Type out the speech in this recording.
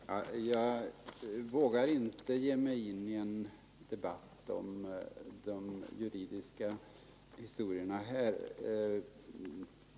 Herr talman! Jag vågar inte ge mig in i en debatt om de juridiska historierna.